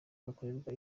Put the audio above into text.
bakorerwa